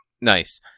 Nice